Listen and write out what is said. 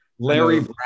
Larry